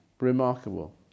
remarkable